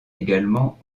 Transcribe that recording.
également